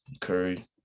Curry